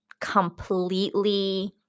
completely